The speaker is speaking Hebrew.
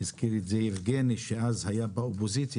הזכיר את זה יבגני סובה שאז היה באופוזיציה